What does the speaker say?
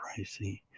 pricey